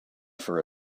for